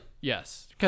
Yes